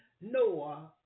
Noah